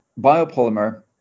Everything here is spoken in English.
biopolymer